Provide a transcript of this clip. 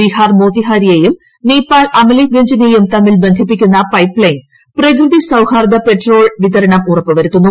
ബീഹാർ മോത്തിഹാരിയെയും നേപ്പാൾ അമലേഖ് ഗഞ്ചിനെയും തമ്മിൽ ബന്ധിപ്പിക്കുന്ന പൈപ്പ് ലൈൻ പ്രകൃതി സൌഹാർദ്ദ പെട്രോൾ വിതരണം ഉറപ്പുവരുത്തുന്നു